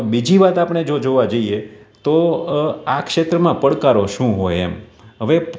બીજી વાત આપણે જો જોવાં જઈએ તો આ ક્ષેત્રમાં પડકારો શું હોય એમ હવે